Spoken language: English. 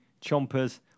Chompers